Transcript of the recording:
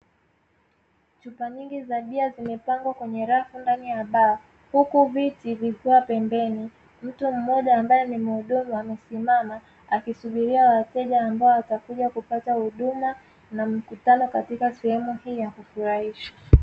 Chupa nyingi za bia zimepangwa kwenye rafu ndani ya baa, huku viti vikiwa pembeni, mtu mmoja ambaye ni mhudumu amesimama akisubiria wateja ambao watakuja kupata huduma na makutano katika sehemu hiyo ya kufurahisha.